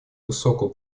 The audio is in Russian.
высокого